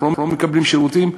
בסוף אנחנו לא מקבלים שירותים.